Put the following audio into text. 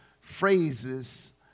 phrases